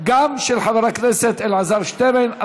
גם של חבר הכנסת אלעזר שטרן,